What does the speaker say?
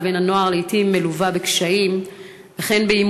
לבין הנוער מלווה לעתים בקשיים ובעימותים